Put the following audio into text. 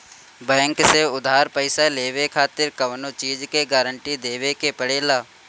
bank से उधार पईसा लेवे खातिर कवनो चीज के गारंटी देवे के पड़ेला